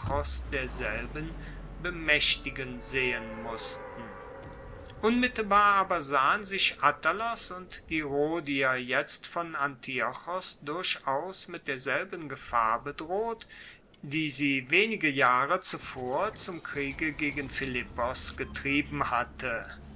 derselben bemaechtigen sehen mussten unmittelbar aber sahen sich attalos und die rhodier jetzt von antiochos durchaus mit derselben gefahr bedroht die sie wenige jahre zuvor zum kriege gegen philippos getrieben hatte